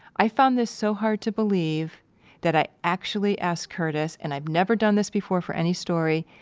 i found this so hard to believe that i actually asked curtis, and i've never done this before for any story,